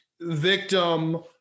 victim